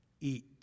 eat